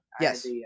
Yes